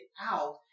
out